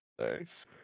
Nice